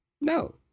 No